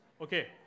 Okay